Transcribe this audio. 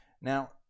Now